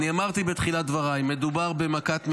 אמרתי בתחילת דבריי, מדובר במכת מדינה.